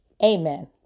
Amen